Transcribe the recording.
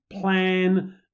plan